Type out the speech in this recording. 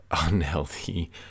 unhealthy